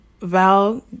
Val